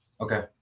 Okay